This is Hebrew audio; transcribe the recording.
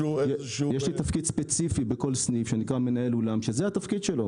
יש לי תפקיד ספציפי בכל סניף שנקרא מנהל אולם וזה התפקיד שלו,